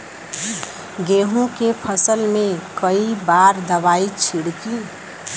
गेहूँ के फसल मे कई बार दवाई छिड़की?